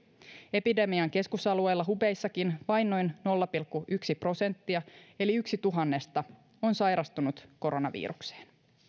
epidemian keskusalueella hubeissakin vain noin nolla pilkku yksi prosenttia eli yksi tuhannesta on sairastunut koronavirukseen